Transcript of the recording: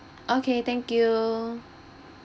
okay thank you